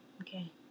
Okay